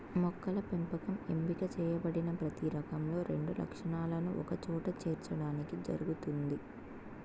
మొక్కల పెంపకం ఎంపిక చేయబడిన ప్రతి రకంలో రెండు లక్షణాలను ఒకచోట చేర్చడానికి జరుగుతుంది